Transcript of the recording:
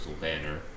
banner